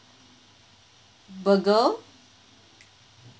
burger